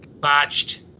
botched